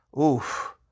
Oof